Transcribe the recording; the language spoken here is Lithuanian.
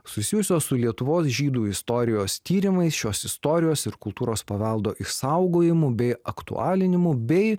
susijusios su lietuvos žydų istorijos tyrimais šios istorijos ir kultūros paveldo išsaugojimu bei aktualinimu bei